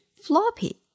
floppy